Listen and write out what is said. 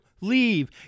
Leave